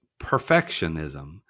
perfectionism